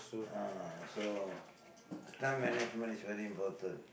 ah so time management is very important